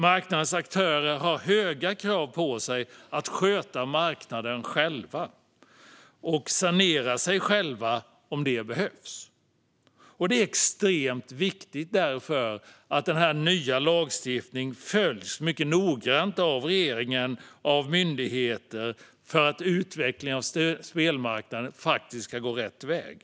Marknadens aktörer har höga krav på sig att sköta marknaden själva och sanera sig själva om det behövs. Det är därför extremt viktigt att den nya lagstiftningen följs mycket noggrant av regeringen och myndigheter för att utvecklingen på spelmarknaden ska gå rätt väg.